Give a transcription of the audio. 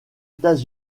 états